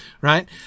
right